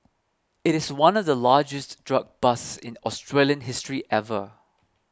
it is one of the largest drug busts in Australian history ever